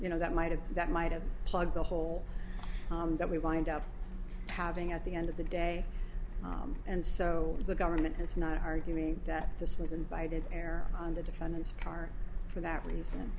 you know that might have that might have plug the hole that we wind up having at the end of the day and so the government is not arguing that this was invited err on the defendant's car for that pleas